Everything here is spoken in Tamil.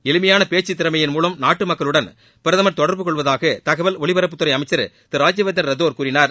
எளிமையான பேச்சுத் திறமையின் மூலம் நாட்டு மக்களுடன் பிரதமர் தொடர்புகொள்வதாக தகவல் ஒலிப்பரப்புத்துறை அமைச்சர் திரு ராஜ்யவர்தன் ரத்தோர் கூறினார்